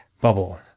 bubble